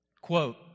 Quote